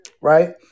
right